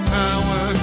power